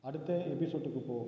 அடுத்த எபிசோடுக்கு போ